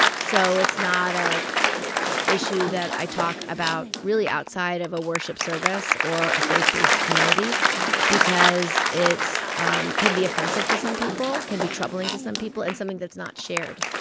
so it's not a issue that i talk about really outside of a worship service or a faith-based community because it's um can be offensive to some people, can be troubling to some people and something that's not shared.